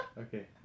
Okay